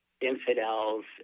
infidels